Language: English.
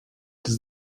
does